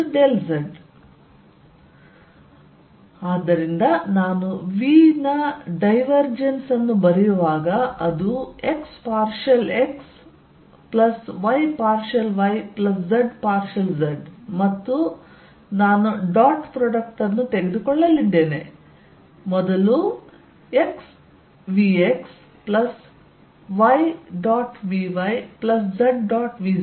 v x∂xy∂yz∂z ಆದ್ದರಿಂದ ನಾನು v ನ ಡೈವರ್ಜೆನ್ಸ್ ಅನ್ನು ಬರೆಯುವಾಗ ಅದು x partial x y partial y z partial z ಮತ್ತು ನಾನು ಡಾಟ್ ಪ್ರಾಡಕ್ಟ್ ಅನ್ನು ತೆಗೆದುಕೊಳ್ಳಲಿದ್ದೇನೆ ಮೊದಲು x vx y vy z vz